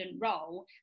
role